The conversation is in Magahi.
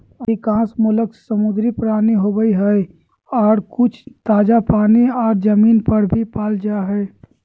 अधिकांश मोलस्क समुद्री प्राणी होवई हई, आर कुछ ताजा पानी आर जमीन पर भी पाल जा हई